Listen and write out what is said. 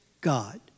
God